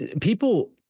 People